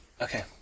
Okay